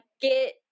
get